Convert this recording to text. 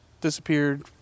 disappeared